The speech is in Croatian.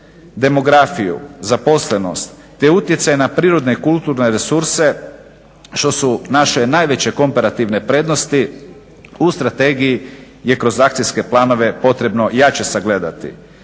demografiju, zaposlenost te utjecaj na prirodne, kulturne resurse što su naše najveće komparativne prednosti u strategiji je kroz akcijske planove potrebno jače sagledati.